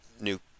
new